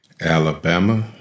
Alabama